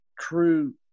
true